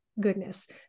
goodness